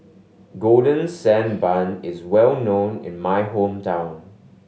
Golden Sand Bun is well known in my hometown